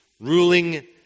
ruling